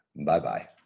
Bye-bye